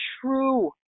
true